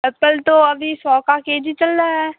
Apple तो अभी सौ का के जी चल रहा है